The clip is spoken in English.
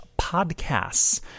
podcasts